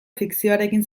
fikzioarekin